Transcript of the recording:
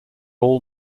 all